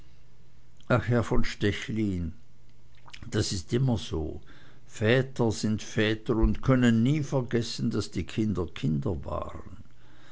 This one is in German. herr von stechlin das ist immer so väter sind väter und können nie vergessen daß die kinder kinder waren